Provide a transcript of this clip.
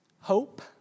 hope